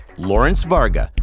lawrence varga,